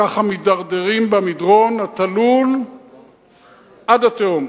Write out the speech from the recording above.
אלא ככה מידרדרים במדרון התלול עד התהום.